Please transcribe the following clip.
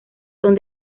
son